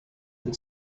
and